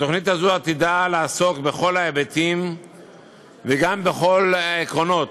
התוכנית הזו עתידה לדון בכל ההיבטים וגם בכל העקרונות,